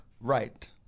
Right